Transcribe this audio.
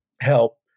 help